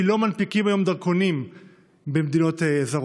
כי לא מנפיקים כיום דרכונים במדינות זרות.